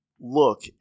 look